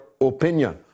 opinion